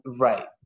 Right